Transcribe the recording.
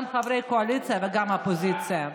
גם חברי הקואליציה וגם האופוזיציה: